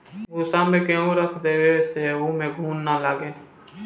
भूसा में गेंहू रख देवे से ओमे घुन ना लागे